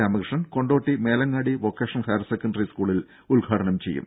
Ramakrishnan Kondotty Melangadi vocational higher secondary സ്കൂളിൽ ഉദ്ഘാടനം ചെയ്യും